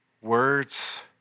Words